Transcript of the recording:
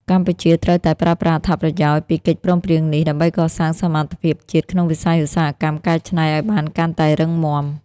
កម្ពុជាត្រូវតែប្រើប្រាស់អត្ថប្រយោជន៍ពីកិច្ចព្រមព្រៀងនេះ ដើម្បីកសាងសមត្ថភាពជាតិក្នុងវិស័យឧស្សាហកម្មកែច្នៃឱ្យបានកាន់តែរឹងមាំ។